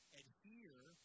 adhere